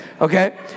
Okay